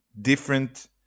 different